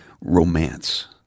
romance